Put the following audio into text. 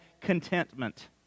contentment